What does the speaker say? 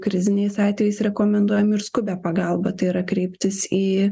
kriziniais atvejais rekomenduojam ir skubią pagalbą tai yra kreiptis į